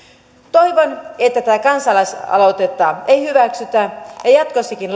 toivon että tätä kansalaisaloitetta ei hyväksytä ja jatkossakin